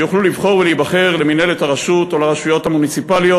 ויוכלו לבחור ולהיבחר למינהלת הרשות או לרשויות המוניציפליות.